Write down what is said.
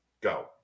go